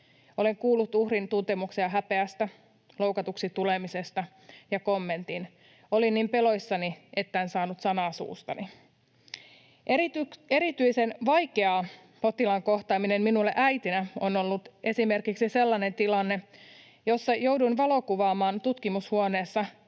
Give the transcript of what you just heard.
Olen kuullut uhrin tuntemuksia häpeästä, loukatuksi tulemisesta ja kommentin: ”Olin niin peloissani, etten saanut sanaa suustani.” Erityisen vaikea potilaan kohtaaminen minulle äitinä on ollut esimerkiksi sellainen tilanne, jossa jouduin valokuvaamaan tutkimushuoneessa